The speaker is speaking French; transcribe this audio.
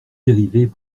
dérivées